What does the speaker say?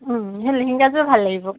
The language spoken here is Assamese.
সেই লেহেংগাযোৰ ভাল লাগিব